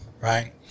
right